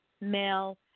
Male